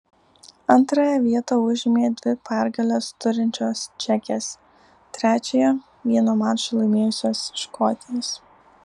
antrąją vietą užėmė dvi pergales turinčios čekės trečiąją vieną mačą laimėjusios škotės